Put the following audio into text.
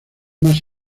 más